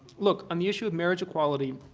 look, on the issue of marriage equality,